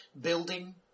building